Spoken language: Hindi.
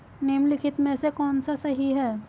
निम्नलिखित में से कौन सा सही है?